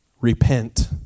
repent